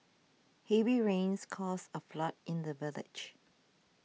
heavy rains caused a flood in the village